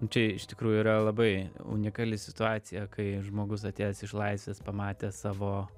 čia iš tikrųjų yra labai unikali situacija kai žmogus atėjęs iš laisvės pamatė savo